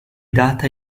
data